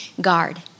guard